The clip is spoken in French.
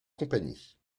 compagnie